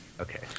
Okay